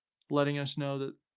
letting us know that.